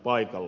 paikalla